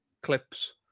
clips